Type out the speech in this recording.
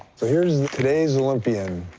so, here's today's olympian.